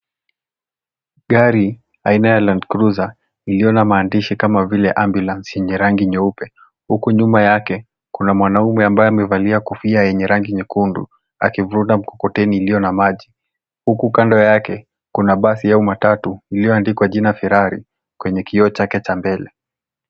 Gari aina la Landcruiser lililo na maandishi kama vile ambulance , yenye rangi nyeupe, huku nyuma yake kuna mwanaume aliyevalia kofia ya rangi nyekundu, akivuta mkokoteni iliyo na maji, huku kando yake kuna basi au matatu iliyoandikwa jina, Ferari, kwenye kioo chake cha mbele.